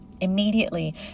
Immediately